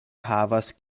havas